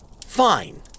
fine